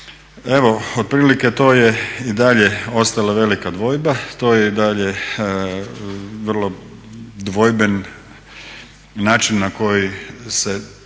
Evo otprilike to je i dalje ostala velika dvojba, to je i dalje vrlo dvojben način na koji se